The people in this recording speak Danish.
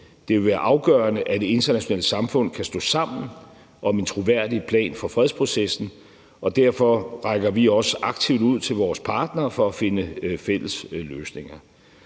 Det vil være afgørende, at det internationale samfund kan stå sammen om en troværdig plan for fredsprocessen, og derfor rækker vi også aktivt ud til vores partnere for at finde fælles løsninger.